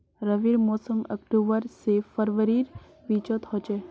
रविर मोसम अक्टूबर से फरवरीर बिचोत होचे